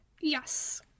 Yes